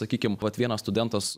sakykim vat vienas studentas